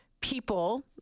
people